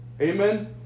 Amen